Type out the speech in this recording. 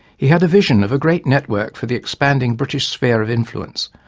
he had a vision of a great network for the expanding british sphere of influence,